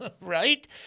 right